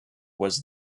was